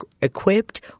equipped